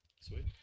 Sweet